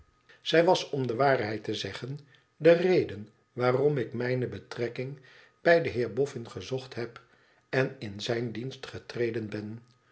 zij was om de waarheid te zeggen de reden waarom ik mijne betrekking bij den heer boffin gezocht heb en in zijn dienst getreden ben